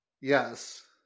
Yes